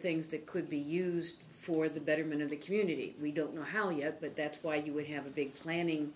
things that could be used for the betterment of the community we don't know how yet but that's why do we have a big planning